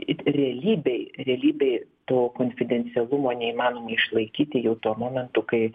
it realybei realybei to konfidencialumo neįmanoma išlaikyti jau tuo momentu kai